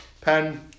Pen